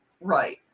right